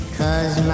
cause